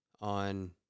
on